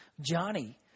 Johnny